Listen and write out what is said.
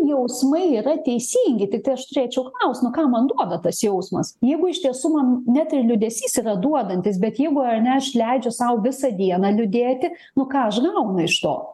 jausmai yra teisingi tiktai aš turėčiau klausimą ką man duoda tas jausmas jeigu iš tiesų man net ir liūdesys yra duodantis bet jeigu ar ne aš leidžiu sau visą dieną liūdėti nu ką aš gaunu iš to